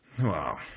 Wow